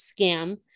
scam